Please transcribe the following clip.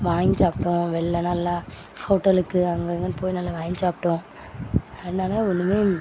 வாங்கி சாப்பிட்டோம் வெளில நல்லா ஹோட்டலுக்கு அங்கே இங்கேன்னு போய் நல்லா வாங்கி சாப்பிட்டோம் அதனால ஒன்றுமே